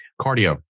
Cardio